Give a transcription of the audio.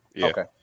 Okay